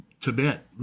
Tibet